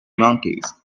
monkeys